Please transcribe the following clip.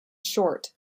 short